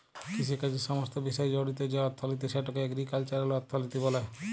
কিষিকাজের সমস্ত বিষয় জড়িত যে অথ্থলিতি সেটকে এগ্রিকাল্চারাল অথ্থলিতি ব্যলে